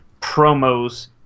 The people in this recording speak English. promos